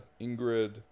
ingrid